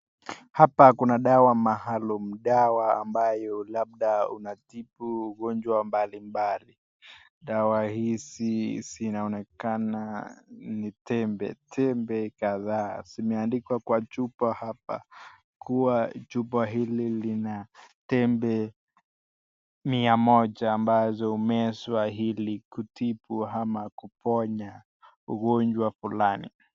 Hapa kuna dawa maalum dawa ambayo labda unatibu ugonjwa mbalimbali. Dawa hizi zinaonekana ni tembe, tembe kadhaa. Zimeandikwa kwa chupa hapa kuwa chupa hili lina tembe mia moja ambazo humezwa ili kutibu ama kuponya ugonjwa fulani.